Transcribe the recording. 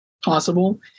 Possible